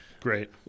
Great